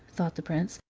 thought the prince,